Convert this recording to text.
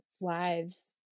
wives